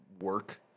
work